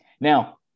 Now